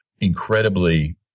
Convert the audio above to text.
incredibly